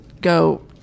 go